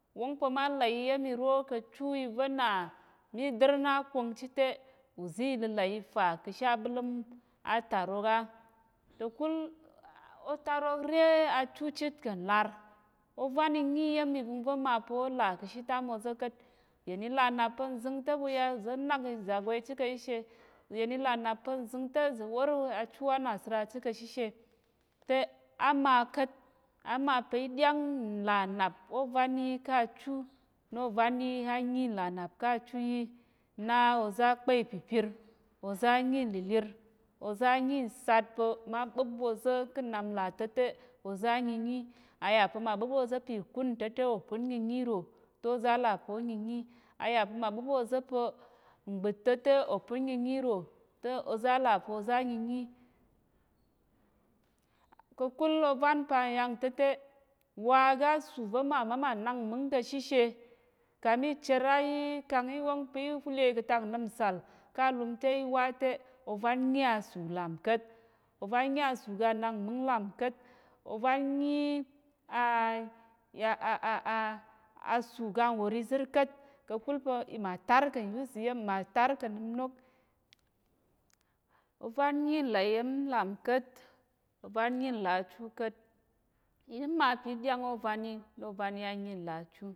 Wóng pa̱ ma là iya̱m iro ká̱ chu iva̱ na mi dər na á kong chit te uzi ləla i fa ka̱ she aɓələ́m átarok á, ka̱kul otarok re achu chit kà̱ nlar, ovan i nyi iya̱m ivəngva̱ ma pa̱ ó là ka̱ she tám oza̱ ka̱t. Uyen i là nnap pa̱ nzəng te ɓu ya uza̱ nak ìzagwai chit ka̱ shishe, uyen i là nnap pa̱ nzəng te zà̱ wór achu ánasəra chit ka̱ shishe te á ma ka̱t. Á ma pa̱ í ɗyáng nlà nnap ôvan yi ká̱ achu na ova á nyi ova á nyi nlà nnap ká̱ achu yi na oza̱ á kpa ìpipir, oza̱ á nyi nlilir, uza̱ á nyi nsat pa̱ ma ɓúp oza̱ ká̱ nnap nlà ta̱ te uza̱ á nyinyi. A yà pa̱ mà ɓúp oza̱ pa̱ ìkun ta̱ te oza̱ nyinyi ro te oza̱ á là pá ó nyinyi, a yà pa̱ mà ɓúp oza̱ pa̱ mgbət ta̱ te òpən nyinyi ro te oza̱ á là pa̱ oza̱ á nyinyi, ka̱kul ovan pa ǹyang ta̱ te wa aga sù va̱ ma má mà nang mmə́ng ka̱ shishe ka mi cher á yi kang í wóng pa̱ í le ka̱tak nnəm nsàl ká̱ alum te í wa te ovan nyi asù làm ka̱t, ovan nyi asù ga nnang mmə́ng làm ka̱t ovan nyi a asù ga nwòr izər ka̱t ka̱kul pa̱ mà tar kà̱n use iya̱m mà tar kà̱ nnəm inok. Ovan nyi nlà iya̱m làm ka̱t, ovan nyi nlà achu ka̱t. Í ma pa̱ í ɗyáng ôvan yi na ovan yi á nyi nlà achu.